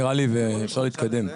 נראה לי שאפשר להתקדם.